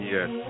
Yes